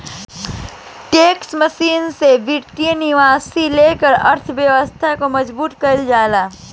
tax competition से वित्तीय निवेश लेके अर्थव्यवस्था के मजबूत कईल जाला